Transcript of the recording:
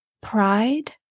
pride